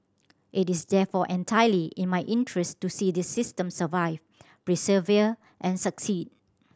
it is therefore entirely in my interest to see this system survive persevere and succeed